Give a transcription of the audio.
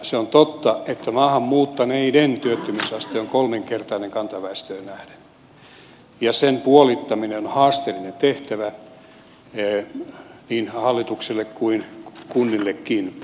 se on totta että maahan muuttaneiden työttömyysaste on kolminkertainen kantaväestöön nähden ja sen puolittaminen on haasteellinen tehtävä niin hallitukselle kuin kunnillekin